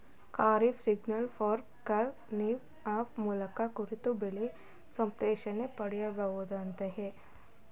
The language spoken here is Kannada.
kharif season farmer crop survey app ಮೂಲಕ ಕೂತಲ್ಲಿಯೇ ಬೆಳೆ ಸಮೀಕ್ಷೆಯನ್ನು ಪಡಿಬೋದಾಗಯ್ತೆ